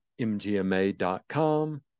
mgma.com